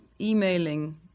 emailing